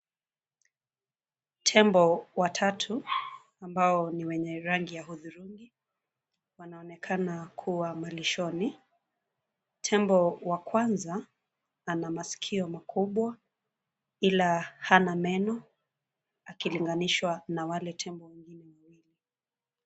Tembo watatu ambao ni wenye rangi ya hudhurungi wanaonekana kuwa malishoni. Tembo wa kwanza ana masikio makubwa ila hana meno akilinganishwa na wale tembo wengine.